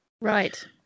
right